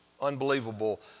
unbelievable